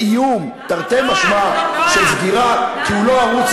באיום, תרתי משמע, של סגירה, כי הוא לא ערוץ